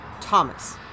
thomas